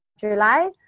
July